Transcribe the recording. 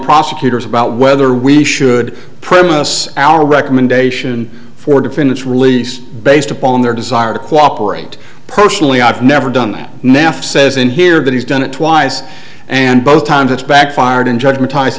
prosecutors about whether we should premis our recommendation for defendants released based upon their desire to cooperate personally i've never done that now if says in here that he's done it twice and both times it's backfired in judgment